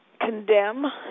condemn